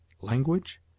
language